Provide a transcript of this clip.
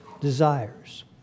desires